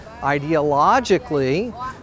ideologically